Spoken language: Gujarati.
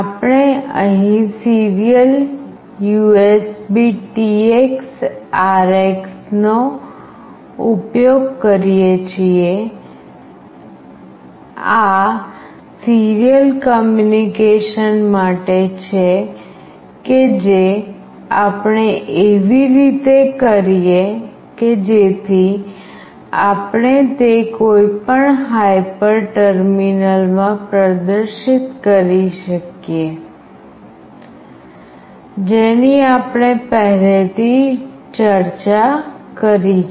આપણે અહીં સીરીયલ USBTX RX નો ઉપયોગ કરીએ છીએ આ સીરીયલ કમ્યુનિકેશન માટે છે કે જે આપણે એવી રીતે કરીએ કે જેથી આપણે તે કોઈપણ હાયપર ટર્મિનલમાં પ્રદર્શિત કરી શકીએ જેની આપણે પહેલાથી ચર્ચા કરી છે